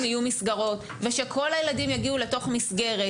יהיו מסגרות ושכל הילדים יגיעו לתוך מסגרת,